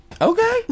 okay